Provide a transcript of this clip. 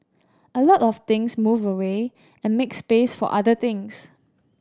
a lot of things move away and make space for other things